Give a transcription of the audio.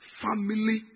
family